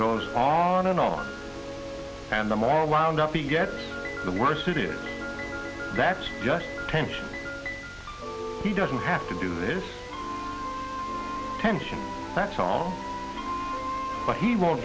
goes on and on and the more wound up you get the worse it is that's just tension he doesn't have to do this tension that's all but he won't